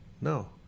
No